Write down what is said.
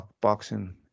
boxing